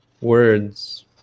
words